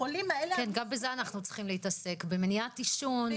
גם בזה אנחנו צריכים להתעסק במניעת עישון,